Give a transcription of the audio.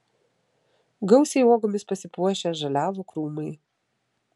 gausiai uogomis pasipuošę žaliavo krūmai